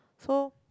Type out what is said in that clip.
so